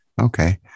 Okay